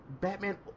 Batman